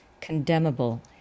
condemnable